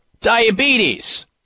diabetes